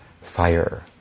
fire